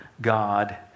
God